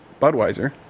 Budweiser